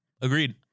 Agreed